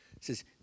says